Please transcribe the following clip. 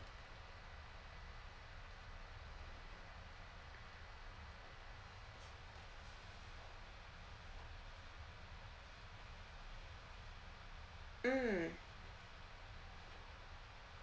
mm